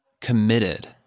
committed